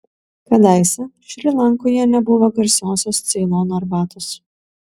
kadaise šri lankoje nebuvo garsiosios ceilono arbatos